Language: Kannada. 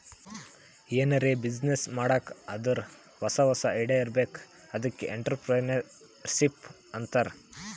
ಎನಾರೇ ಬಿಸಿನ್ನೆಸ್ ಮಾಡ್ಬೇಕ್ ಅಂದುರ್ ಹೊಸಾ ಹೊಸಾ ಐಡಿಯಾ ಇರ್ಬೇಕ್ ಅದ್ಕೆ ಎಂಟ್ರರ್ಪ್ರಿನರ್ಶಿಪ್ ಅಂತಾರ್